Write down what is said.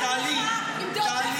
שמעתי טוב טוב -- לא קיים, אין.